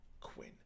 Quinn